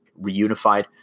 reunified